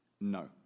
No